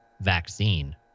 vaccine